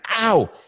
Ow